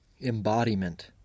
Embodiment